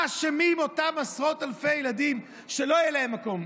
מה אשמים אותם עשרות אלפי ילדים שלא יהיה להם מקום?